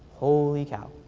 holly cow!